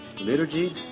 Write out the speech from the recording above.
liturgy